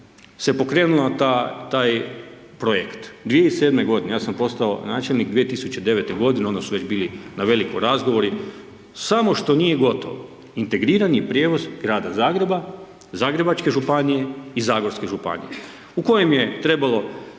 se pokrenuo taj projekt. 2007. godine, ja sam postao načelnik 2009. godine onda su već bili na veliko razgovori. Samo što nije gotovo, integrirani prijevoz grada Zagreba, Zagrebačke županije i Zagorske županije u kojem je trebalo